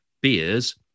beers